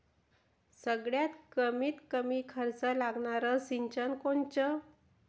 सगळ्यात कमीत कमी खर्च लागनारं सिंचन कोनचं?